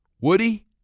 Woody